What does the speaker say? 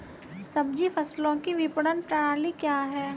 सब्जी फसलों की विपणन प्रणाली क्या है?